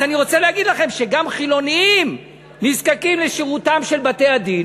אז אני רוצה להגיד לכם שגם חילונים נזקקים לשירותם של בתי-הדין,